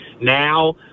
now